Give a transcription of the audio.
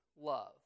love